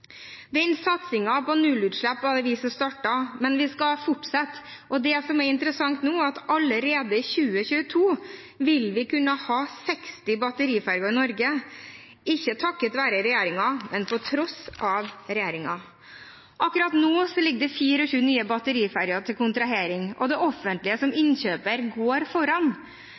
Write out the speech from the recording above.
Den satsingen på nullutslipp var det vi som startet, men vi skal fortsette. Det som er interessant nå, er at allerede i 2022 vil vi kunne ha 60 batteriferjer i Norge – ikke takket være regjeringen, men på tross av regjeringen. Akkurat nå ligger det 24 nye batteriferjer til kontrahering, og det offentlige som innkjøper går foran.